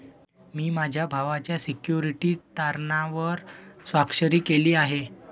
मी माझ्या भावाच्या सिक्युरिटीज तारणावर स्वाक्षरी केली आहे